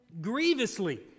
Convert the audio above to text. grievously